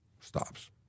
stops